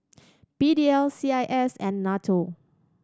P D L C I S and NATO